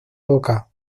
oca